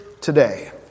today